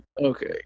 Okay